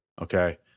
okay